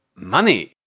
money.